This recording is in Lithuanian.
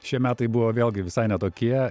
šie metai buvo vėlgi visai ne tokie